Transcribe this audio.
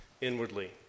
inwardly